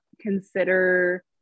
consider